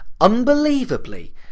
unbelievably